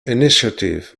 initiative